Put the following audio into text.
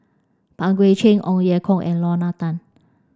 Pang Guek Cheng Ong Ye Kung and Lorna Tan